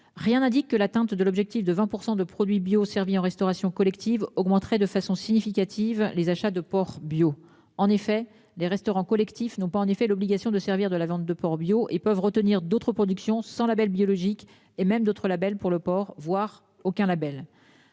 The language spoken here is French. Rien n'indique que l'atteinte de l'objectif de 20% de produits bio servis en restauration collective augmenterait de façon significative les achats de porc bio en effet les restaurants collectifs non pas en effet l'obligation de servir de la viande de porc bio et peuvent retenir d'autres productions sans label biologique et même d'autres labels pour le port voir aucun Label